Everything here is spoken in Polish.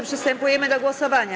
Przystępujemy do głosowania.